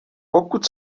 pokud